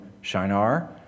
Shinar